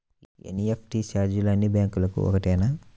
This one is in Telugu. ఎన్.ఈ.ఎఫ్.టీ ఛార్జీలు అన్నీ బ్యాంక్లకూ ఒకటేనా?